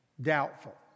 Doubtful